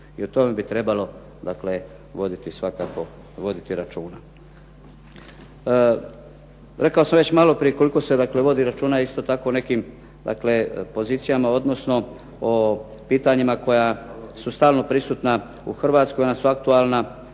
I o tome bi trebalo dakle voditi svakako, voditi računa. Rekao sam već maloprije koliko se dakle vodi računa isto tako o nekim dakle pozicijama, odnosno o pitanjima koja su stalno prisutna u Hrvatskoj, ona su aktualna,